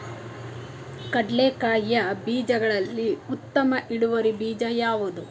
ಕಡ್ಲೆಕಾಯಿಯ ಬೀಜಗಳಲ್ಲಿ ಉತ್ತಮ ಇಳುವರಿ ಬೀಜ ಯಾವುದು?